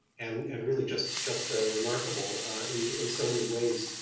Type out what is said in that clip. and and really just just ah remarkable in in so many ways.